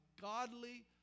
godly